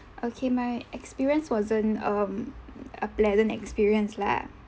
okay my experience wasn't um a pleasant experience lah